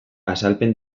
azalpen